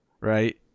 Right